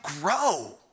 grow